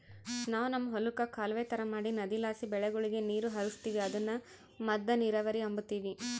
ನಾವು ನಮ್ ಹೊಲುಕ್ಕ ಕಾಲುವೆ ತರ ಮಾಡಿ ನದಿಲಾಸಿ ಬೆಳೆಗುಳಗೆ ನೀರು ಹರಿಸ್ತೀವಿ ಅದುನ್ನ ಮದ್ದ ನೀರಾವರಿ ಅಂಬತೀವಿ